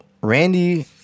Randy